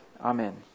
Amen